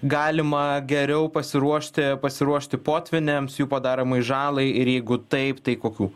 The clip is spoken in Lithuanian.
galima geriau pasiruošti pasiruošti potvyniams jų padaromai žalai ir jeigu taip tai kokių